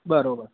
બરાબર